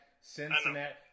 Cincinnati